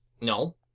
No